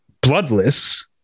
bloodless